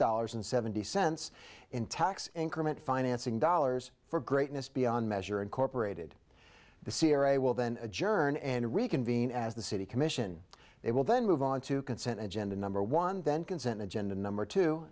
dollars and seventy cents in tax increment financing dollars for greatness beyond measure incorporated the c r a will then adjourn and reconvene as the city commission they will then move on to consent agenda number one then consent agenda number two